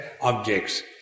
objects